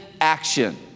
action